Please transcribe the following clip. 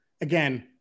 Again